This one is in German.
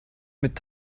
mit